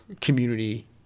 community